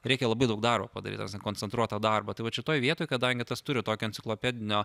reikia labai daug darbo padaryt ta prame koncentruoto darbo tai vat šitoj vietoj kadangi tas turi tokio enciklopedinio